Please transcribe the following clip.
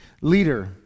leader